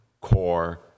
core